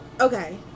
Okay